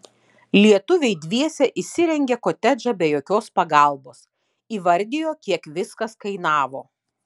lietuviai dviese įsirengė kotedžą be jokios pagalbos įvardijo kiek viskas kainavo